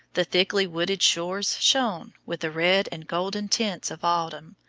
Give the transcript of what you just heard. the thickly wooded shores shone with the red and golden tints of autumn,